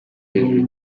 hejuru